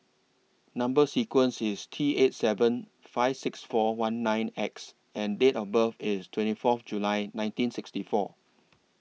Number sequence IS T eight seven five six four one nine X and Date of birth IS twenty Fourth July nineteen sixty four